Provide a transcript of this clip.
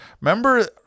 Remember